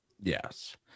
Yes